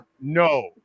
No